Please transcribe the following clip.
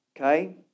Okay